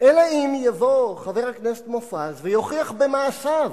יבוא חבר הכנסת מופז ויוכיח במעשיו,